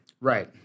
Right